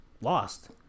lost